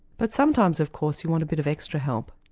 but sometimes of course you want a bit of extra help,